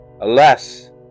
Alas